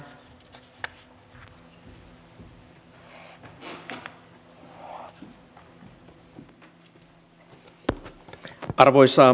arvoisa rouva puhemies